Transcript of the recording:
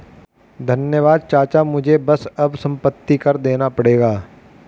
धन्यवाद चाचा मुझे बस अब संपत्ति कर देना पड़ेगा